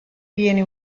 viene